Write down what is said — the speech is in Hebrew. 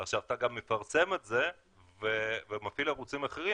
עכשיו, אתה גם מפרסם את זה ומפעיל ערוצים אחרים.